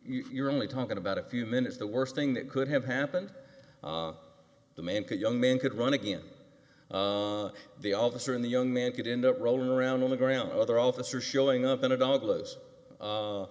you you're only talking about a few minutes the worst thing that could have happened the man could young man could run again the officer in the young man could end up rolling around on the ground other officers showing up in a